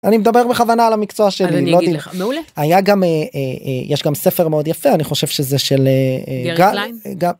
אני מדבר בכוונה על המקצוע שלי לא נגיד לך היה גם יש גם ספר מאוד יפה אני חושב שזה של.